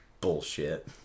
Bullshit